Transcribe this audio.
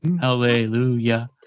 Hallelujah